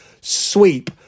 sweep